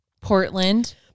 portland